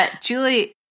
Julie